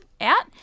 out